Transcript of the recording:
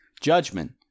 judgment